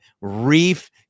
Reef